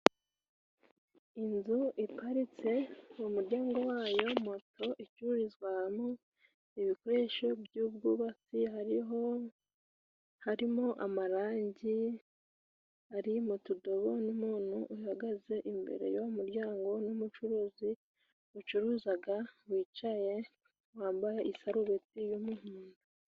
Inzu iparitse mu muryango wayo moto, icururizwamo ibikoresho by'ubwubatsi, hariho harimo amarangi ari mu tudobo n'umuntu uhagaze imbere y'uwo muryango n'umucuruzi ucuruzaga wicaye wambaye isarubeti y'umuhondo.